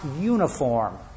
uniform